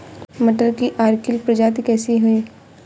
मटर की अर्किल प्रजाति कैसी है?